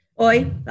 Oi